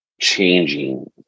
changing